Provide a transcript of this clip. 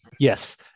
Yes